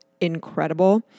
incredible